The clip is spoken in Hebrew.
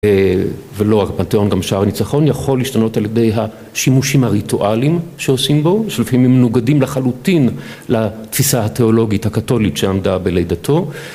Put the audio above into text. ולא רק פנתיאון גם שער ניצחון יכול להשתנות על ידי השימושים הריטואליים שעושים בו, שלפעמים מנוגדים לחלוטין לתפיסה התיאולוגית, הקתולית, שעמדה בלידתו